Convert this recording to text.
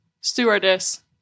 Stewardess